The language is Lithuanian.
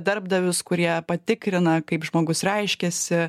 darbdavius kurie patikrina kaip žmogus reiškiasi